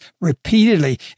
repeatedly